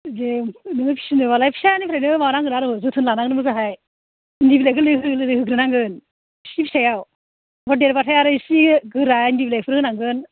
दे नोङो फिसिनोबालाय फिसानिफ्रायनो माबानांगोन आरो जोथोन लानांगोन मोजांहाय इन्दि बिलाइ गोरलै गोरलै होग्रोनांगोन एसे फिसायाव ओमफ्राय देरबाथाय आरो एसे गोरा इन्दि बिलाइफोर होनांगोन